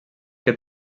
que